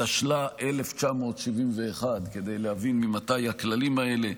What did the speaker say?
התשל"א 1971, כדי להבין ממתי הכללים האלה,